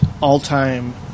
all-time